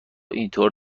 اینطور